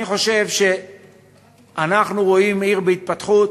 אני חושב שאנחנו רואים עיר בהתפתחות,